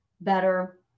better